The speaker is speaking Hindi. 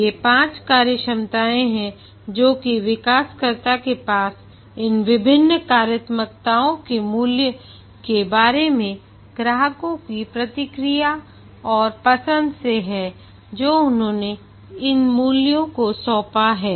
ये पांच कार्यक्षमताएं हैं जो कि विकासकर्ता पास इन विभिन्न कार्यात्मकताओं के मूल्य के बारे में ग्राहकों की प्रतिक्रिया और पसंद से है जो उन्होंने इन मूल्यों को सौंपा है